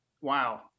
wow